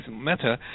matter